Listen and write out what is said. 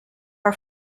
are